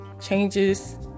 changes